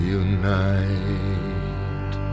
unite